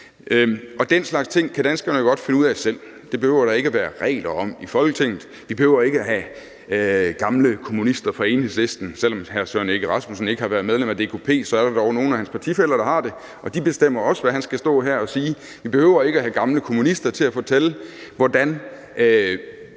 Den slags ting kan danskerne godt finde ud af selv. Det behøver der ikke laves regler om i Folketinget. Vi behøver ikke at have gamle kommunister fra Enhedslisten – selv om hr. Søren Egge Rasmussen ikke har været medlem af DKP, er der dog nogle af hans partifæller, der har det, og de bestemmer også, hvad han skal stå her og sige – til at fortælle, hvordan